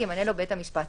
ימנה לו בית המשפט סנגור".